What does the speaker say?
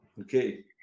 okay